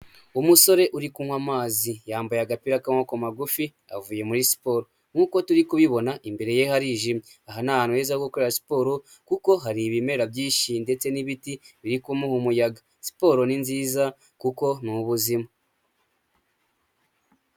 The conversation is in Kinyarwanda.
Umusore uri kunywa amazi yambaye agapira k'amaboko magufi avuye muri siporo, nk'uko turi kubibona imbere ye harijimye aha ni ahantu heza ho gukora siporo kuko hari ibimera byinshi ndetse n'ibiti biri kumuha umuyaga, siporo ni nziza kuko ni ubuzima.